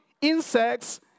Insects